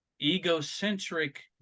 egocentric